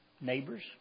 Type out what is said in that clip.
neighbors